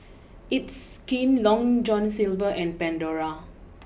it's Skin long John Silver and Pandora